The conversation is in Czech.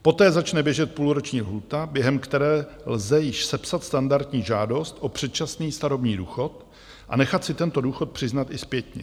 Poté začne běžet půlroční lhůta, během které lze již sepsat standardní žádost o předčasný starobní důchod a nechat si tento důchod přiznat i zpětně.